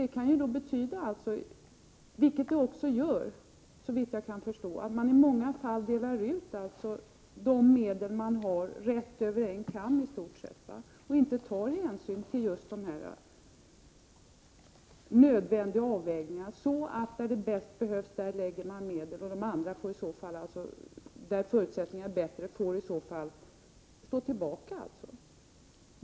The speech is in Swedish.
Det kan betyda, vilket det också gör såvitt jag kan förstå, att man i många fall delar ut de medel man har över en kam och inte gör de nödvändiga avvägningarna, så att medel satsas där de bäst behövs medan andra områden får stå tillbaka.